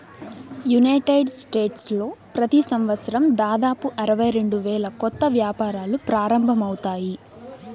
United స్టేట్స్లో ప్రతి సంవత్సరం దాదాపు అరవై రెండు వేల కొత్త వ్యాపారాలు ప్రారంభమవుతాయి